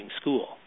school